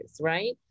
right